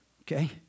Okay